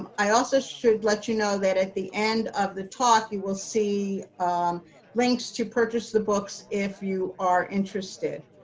um i also should let you know that at the end of the talk, you will see links to purchase the books if you are interested.